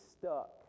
stuck